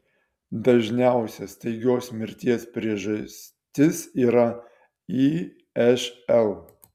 dažniausia staigios mirties priežastis yra išl